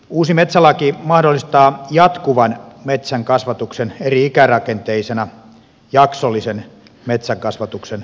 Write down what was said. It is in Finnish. uusi metsälaki mahdollistaa jatkuvan metsänkasvatuksen eri ikäisrakenteisena jaksollisen metsänkasvatuksen vaihtoehtona